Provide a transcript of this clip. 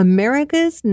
America's